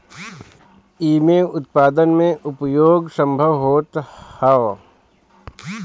एमे उत्पादन में उपयोग संभव होत हअ